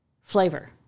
flavor